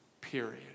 Period